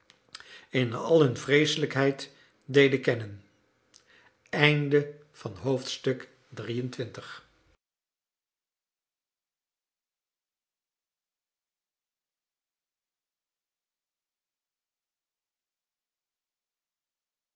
in al hun vreeselijkheid deden kennen